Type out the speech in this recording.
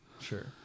Sure